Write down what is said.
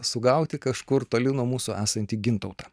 sugauti kažkur toli nuo mūsų esantį gintautą